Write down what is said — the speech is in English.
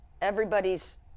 Everybody's